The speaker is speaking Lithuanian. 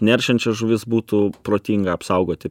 neršiančias žuvis būtų protinga apsaugoti